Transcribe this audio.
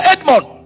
Edmond